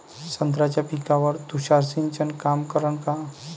संत्र्याच्या पिकावर तुषार सिंचन काम करन का?